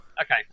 Okay